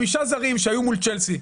החמישה זרים שהיו מול צ'לסי,